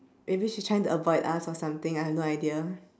maybe she's trying to avoid us or something I have no idea